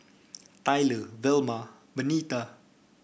Tyler Velma Benita